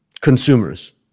consumers